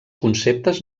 conceptes